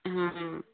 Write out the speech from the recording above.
ହଁ